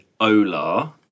Ola